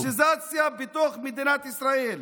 פשיזציה בתוך מדינת ישראל.